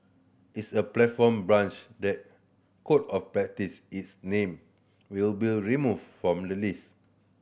is a platform breach the Code of Practice its name will be removed from the list